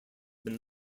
been